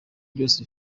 byose